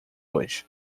hoje